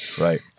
right